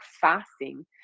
fasting